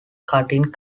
cutting